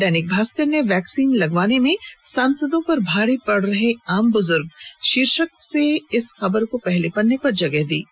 दैनिक भास्कर ने वैक्सीन लगवाने में सांसदों पर भारी पड़ रहे आम बुजूर्ग शीर्षक से खबर को पहले पन्ने पर जगह दी है